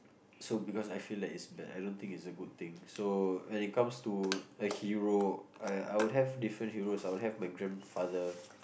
so because I feel like it's bad I don't think it's a good thing so when it comes to a hero I I would have different heroes I would have my grandfather